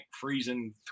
freezing